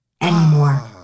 anymore